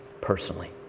personally